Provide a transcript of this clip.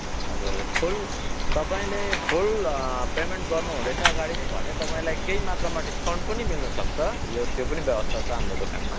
हजुर फुल तपाईँले full payment गर्नुहुँदैछ अगाडि नै भने तपाईँलाई केही मात्रामा डिसकाउन्ट पनि मिल्नुसक्छ यो त्यो पनि व्यवस्था छ हाम्रो दोकानमा